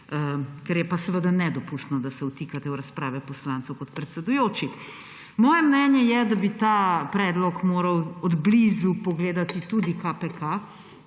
kar je pa seveda nedopustno, da se vtikate v razprave poslancem kot predsedujoči. Moje mnenje je, da bi ta predlog moral od blizu pogledati tudi KPK,